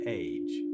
age